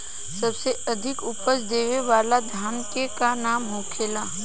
सबसे अधिक उपज देवे वाला धान के का नाम होखे ला?